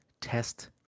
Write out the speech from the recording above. test